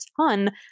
ton